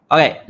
Okay